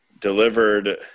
delivered